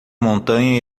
montanha